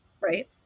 right